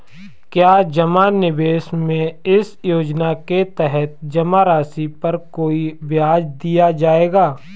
क्या जमा निवेश में इस योजना के तहत जमा राशि पर कोई ब्याज दिया जाएगा?